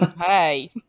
Hey